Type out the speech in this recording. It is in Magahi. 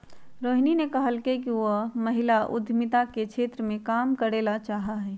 रोहिणी ने कहल कई कि वह महिला उद्यमिता के क्षेत्र में काम करे ला चाहा हई